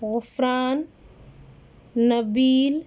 Ghufran Nabeel